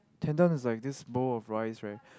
tendon is like this bowl of rice right